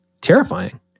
terrifying